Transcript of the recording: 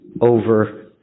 over